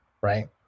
right